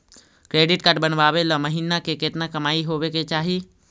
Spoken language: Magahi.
क्रेडिट कार्ड बनबाबे ल महीना के केतना कमाइ होबे के चाही?